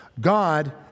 God